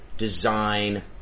Design